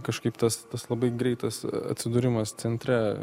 kažkaip tas tas labai greitas atsidūrimas centre